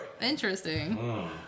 Interesting